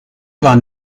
war